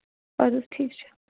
اَدٕ حظ ٹھیٖک چھُ